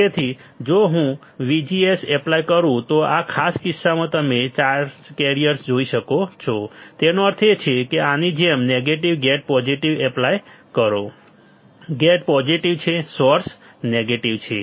તેથી જો હું VGS એપ્લાય કરું તો આ ખાસ કિસ્સામાં તમે ચાર્જ કેરિયર્સ જોઈ શકો છો તેનો અર્થ એ છે કે આની જેમ નેગેટિવ ગેટ પોઝીટીવ એપ્લાય કરો ગેટ પોઝીટીવ છે સોર્સ નેગેટિવ છે